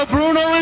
Bruno